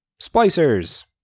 Splicers